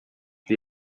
the